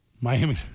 Miami